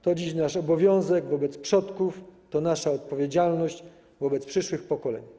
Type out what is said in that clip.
To dziś nasz obowiązek wobec przodków, to nasza odpowiedzialność wobec przyszłych pokoleń.